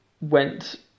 went